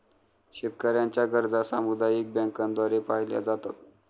शेतकऱ्यांच्या गरजा सामुदायिक बँकांद्वारे पाहिल्या जातात